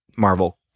Marvel